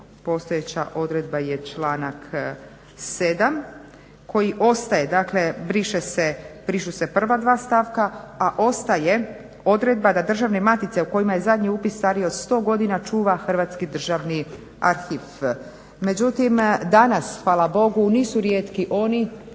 postojeća odredba je članak 7. koji ostaje dakle, brišu se prva dva stavka, a ostaje odredba da državne matice u kojima je zadnji upis stariji od 100 godina čuva Hrvatski državni arhiv. Međutim, danas hvala bogu nisu rijetki oni